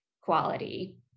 quality